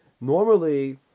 normally